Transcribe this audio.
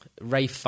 Ray